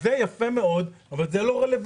זה יפה מאוד, אבל זה לא רלוונטי.